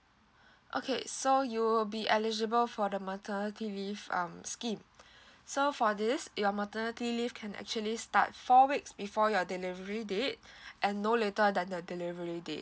okay so you'll be eligible for the maternity leave um scheme so for this your maternity leave can actually start four weeks before your delivery date and no later than the delivery date